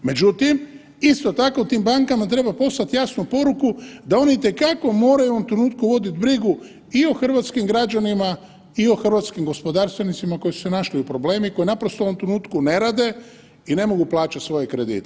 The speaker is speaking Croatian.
Međutim, isto tako tim bankama treba poslati jasnu poruku da oni itekako moraju u ovom trenutku voditi brigu i o hrvatskim građanima i o hrvatskim gospodarstvenicima koji su se našli u problemu, koji naprosto u ovom trenutku ne rade i ne mogu plaćati svoje kredite.